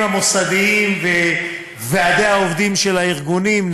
המוסדיים וועדי העובדים של הארגונים,